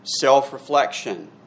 self-reflection